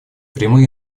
прямые